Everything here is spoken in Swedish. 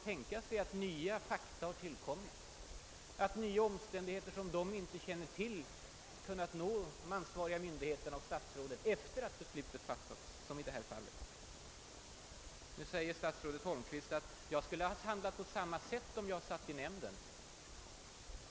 Det kan tänkas att nya fakta har tillkommit, att nya omständigheter, som de inte kände till, kan påverka de ansvariga myndigheterna och statsrådet efter att beslutet fattats. Så var det i detta fall. Statsrådet Holmqvist säger vidare att han skulle ha handlat på samma sätt om han suttit i nämnden.